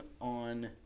on